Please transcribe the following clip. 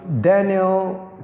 Daniel